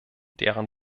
deren